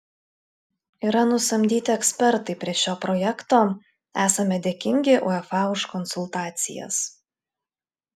yra nusamdyti ekspertai prie šio projekto esame dėkingi uefa už konsultacijas